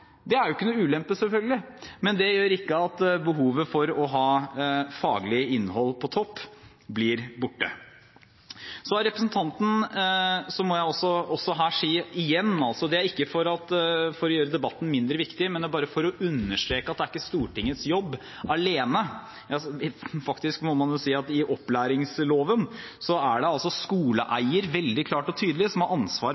er selvfølgelig ingen ulempe, men det gjør ikke at behovet for å ha faglig innhold på topp blir borte. Så må jeg også si igjen – det er ikke for å gjøre debatten mindre viktig, det er bare for å understreke at dette ikke er Stortingets jobb alene – at det ifølge opplæringsloven er skoleeier som veldig klart og tydelig har ansvar for å sikre relevant kompetanse. Nå som